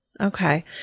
Okay